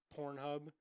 Pornhub